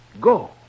go